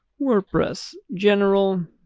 wordpress general